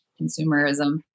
consumerism